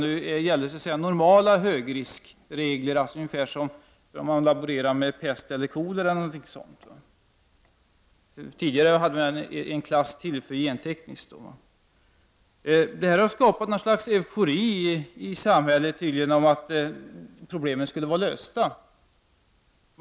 Nu gäller normala högriskregler, ungefär som när man laborerar med pest och kolera. Tidigare fanns det ytterligare en klass för gentekniken. Detta har tydligen skapat något slags eufori i samhället om att problemen skulle vara lösta.